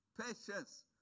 patience